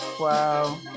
Wow